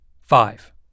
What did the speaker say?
five